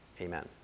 Amen